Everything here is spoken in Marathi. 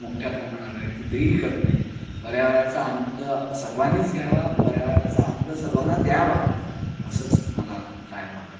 मोठ्या प्रमाणावर आहे तिथेही करू नये पर्यावरणाचा आनंद सर्वांनीच घ्यावा पर्यावरणाचा आनंद सर्वांना द्यावा असंच मला कायम वाटत असतं